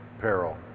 peril